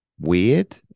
weird